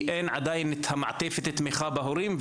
כי אין עדיין את מעטפת התמיכה בהורים,